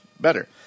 better